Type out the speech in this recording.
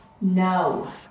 No